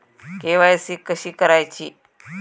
KYC कशी करायची?